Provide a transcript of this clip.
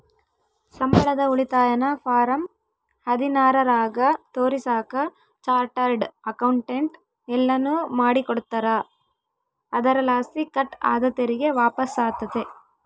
ಸಂಬಳದ ಉಳಿತಾಯನ ಫಾರಂ ಹದಿನಾರರಾಗ ತೋರಿಸಾಕ ಚಾರ್ಟರ್ಡ್ ಅಕೌಂಟೆಂಟ್ ಎಲ್ಲನು ಮಾಡಿಕೊಡ್ತಾರ, ಅದರಲಾಸಿ ಕಟ್ ಆದ ತೆರಿಗೆ ವಾಪಸ್ಸಾತತೆ